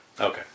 Okay